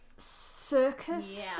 circus